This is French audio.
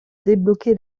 débloqué